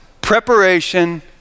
preparation